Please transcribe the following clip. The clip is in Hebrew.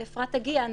כשאפרת תגיע לזה,